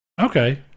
Okay